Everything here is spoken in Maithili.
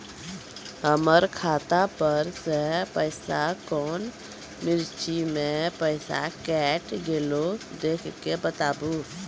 हमर खाता पर से पैसा कौन मिर्ची मे पैसा कैट गेलौ देख के बताबू?